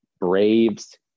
braves